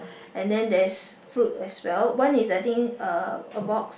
and then there's fruit as well one is I think uh a box